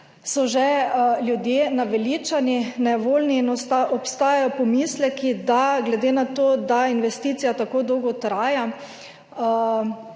ljudje že naveličani, nejevoljni in obstajajo pomisleki. Glede na to, da investicija tako dolgo traja,